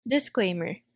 Disclaimer